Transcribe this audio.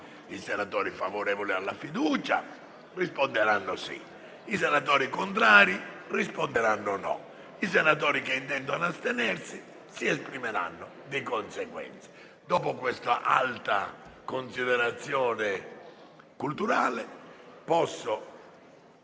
I senatori favorevoli alla fiducia risponderanno sì; i senatori contrari risponderanno no; i senatori che intendono astenersi si esprimeranno di conseguenza. Estraggo ora a sorte